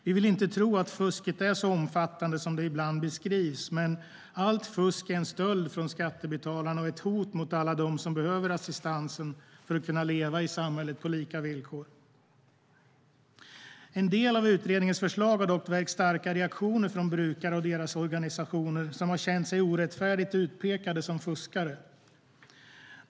Vi vill inte tro att fusket är så omfattande som det ibland beskrivs, men allt fusk är en stöld från skattebetalarna och ett hot mot alla dem som behöver assistansen för att kunna leva i samhället på lika villkor. En del av utredningens förslag har dock väckt starka reaktioner från brukare och deras organisationer, som har känt sig orättfärdigt utpekade som fuskare.